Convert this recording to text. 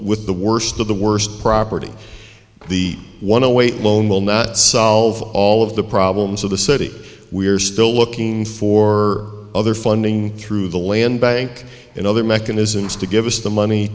with the worst of the worst property the one away loan will not solve all of the problems of the city we're still looking for other funding through the land bank and other mechanisms to give us the money